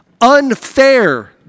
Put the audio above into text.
unfair